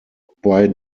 bei